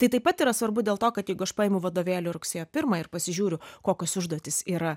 tai taip pat yra svarbu dėl to kad jeigu aš paimu vadovėlį rugsėjo pirmą ir pasižiūriu kokios užduotys yra